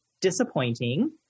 disappointing